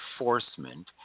Enforcement